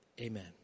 Amen